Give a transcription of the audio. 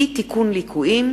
(אי-תיקון ליקויים),